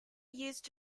used